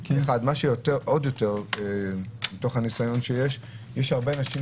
מתוך הניסיון שיש, יש הרבה אנשים